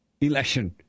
election